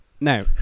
Now